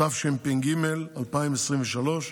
התשפ"ג 2023,